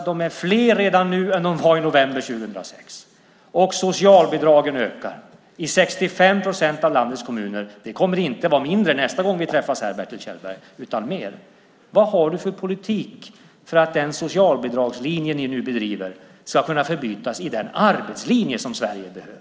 De är redan fler än de var i november 2006. Socialbidragen ökar i 65 procent av landets kommuner. Det kommer inte att vara lägre siffror nästa gång vi träffas här, Bertil Kjellberg, utan högre. Vad har du för politik för att den socialbidragslinje ni nu bedriver ska kunna förbytas i den arbetslinje som Sverige behöver?